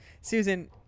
Susan